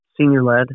senior-led